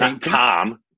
Tom